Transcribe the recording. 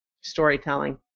storytelling